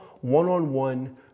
one-on-one